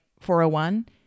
401